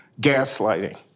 Gaslighting